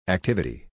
Activity